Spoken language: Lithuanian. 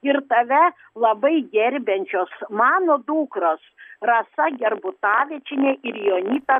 ir tave labai gerbiančios mano dukros rasa gerbutavičienė ir jonita